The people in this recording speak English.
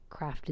crafted